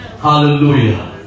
hallelujah